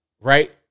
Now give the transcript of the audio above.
right